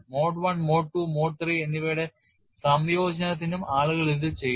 mode I mode II mode III എന്നിവയുടെ സംയോജനത്തിനും ആളുകൾ ഇത് ചെയ്തു